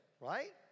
right